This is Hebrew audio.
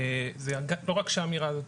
לא רק שהאמירה הזאת,